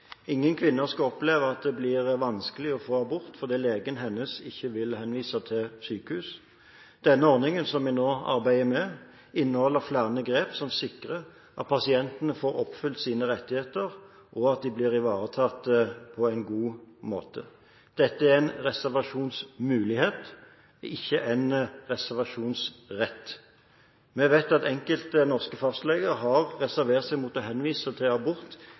Ingen kvinner skal oppleve at det blir vanskelig å få abort fordi legen hennes ikke vil henvise til sykehus. Den ordningen som vi nå arbeider med, inneholder flere grep som sikrer at pasientene får oppfylt sine rettigheter, og at de blir ivaretatt på en god måte. Dette er en reservasjonsmulighet, det er ikke en reservasjonsrett. Vi vet at enkelte norske fastleger har reservert seg mot å henvise til abort